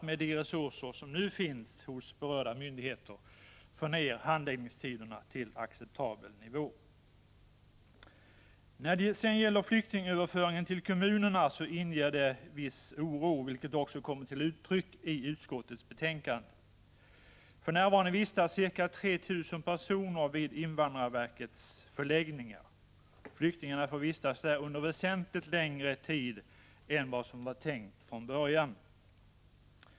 Med de resurser som nu finns hos berörda myndigheter hoppas vi att handläggningstiderna blir acceptabla. Flyktingöverföringen till kommunerna inger viss oro, vilket också kommer till uttryck i utskottets betänkande. För närvarande vistas ca 3 000 personer vid invandrarverkets förläggningar. Flyktingarna får vistas där under väsentligt längre tid än som var tänkt från början.